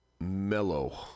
mellow